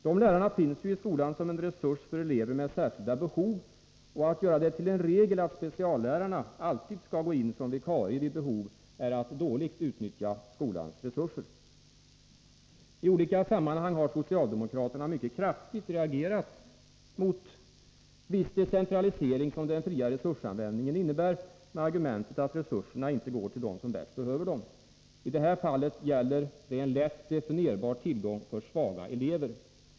Dessa lärare finns ju i skolan som en resurs för elever med särskilda behov i dessa hänseenden, och att göra det till en regel att speciallärarna alltid skall gå in som vikarier vid behov är att dåligt utnyttja skolans resurser. I olika sammanhang har socialdemokraterna mycket kraftigt reagerat mot viss decentralisering som den fria resursanvändningen innebär med argumentet att resurserna inte går till dem som bäst behöver dem. I det här fallet gäller det en lätt definierbar tillgång för svaga elever.